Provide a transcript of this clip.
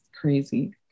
crazy